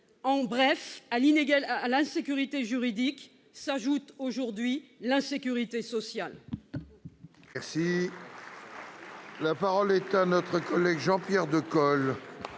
En bref, à l'insécurité juridique s'ajoute, aujourd'hui, l'insécurité sociale.